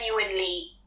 genuinely